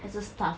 它是 stuff'd